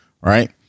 Right